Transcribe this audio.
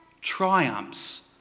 triumphs